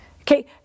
Okay